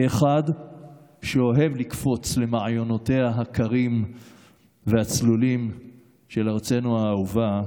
כאחד שאוהב לקפוץ למעיינותיה הקרים והצלולים של ארצנו האהובה,